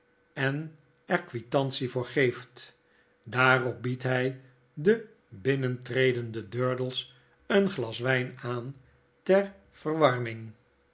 en er quitantie voor geeft daarop biedt hy den binnentredenden durdels een glas wyn aan ter verwarming